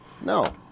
No